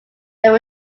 there